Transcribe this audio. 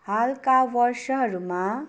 हालका वर्षहरूमा